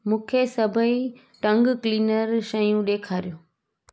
मूंखे सभई tongue cleaner शयूं ॾेखारियो